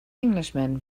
englishman